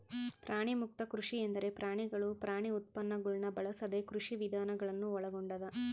ಪ್ರಾಣಿಮುಕ್ತ ಕೃಷಿ ಎಂದರೆ ಪ್ರಾಣಿಗಳು ಪ್ರಾಣಿ ಉತ್ಪನ್ನಗುಳ್ನ ಬಳಸದ ಕೃಷಿವಿಧಾನ ಗಳನ್ನು ಒಳಗೊಂಡದ